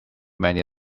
many